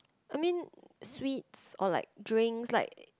I mean sweets or like drinks like